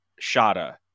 Shada